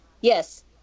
Yes